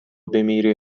بمیری